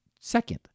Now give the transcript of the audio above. Second